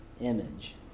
image